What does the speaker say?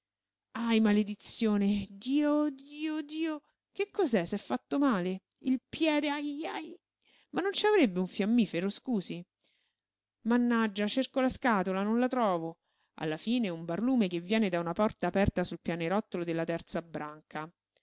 ahi maledizione diòòòdiodio che cos'è s'è fatto male il piede ahiahi ma non ci avrebbe un fiammifero scusi mannaggia cerco la scatola non la trovo alla fine un barlume che viene da una porta aperta sul sul pianerottolo della terza branca